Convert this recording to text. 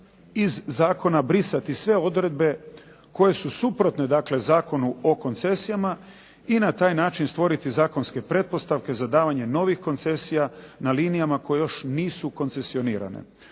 iz zakona brisati sve odredbe koje su suprotne Zakonu o koncesijama i na taj način stvoriti zakonske pretpostavke za davanje novih koncesija na linijama koje još nisu koncesionirane.